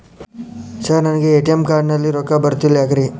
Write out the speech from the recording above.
Sir ನನಗೆ ATM card ನಲ್ಲಿ ರೊಕ್ಕ ಬರತಿಲ್ಲ ಯಾಕ್ರೇ?